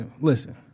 listen